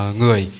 người